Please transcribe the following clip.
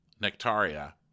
Nectaria